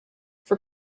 for